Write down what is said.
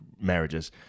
marriages